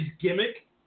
gimmick